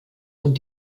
und